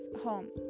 home